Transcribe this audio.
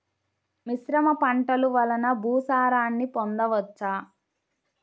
మిశ్రమ పంటలు వలన భూసారాన్ని పొందవచ్చా?